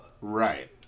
Right